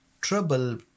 trouble